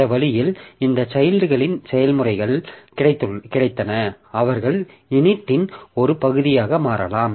இந்த வழியில் இந்த சைல்ட்களின் செயல்முறைகள் கிடைத்தன அவர்கள் init இன் ஒரு பகுதியாக மாறலாம்